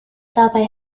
dabei